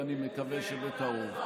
ואני מקווה שבקרוב.